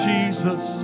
Jesus